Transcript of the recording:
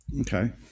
Okay